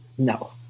no